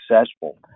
successful